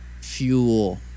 fuel